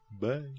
bye